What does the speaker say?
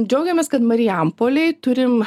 džiaugiamės kad marijampolėj turim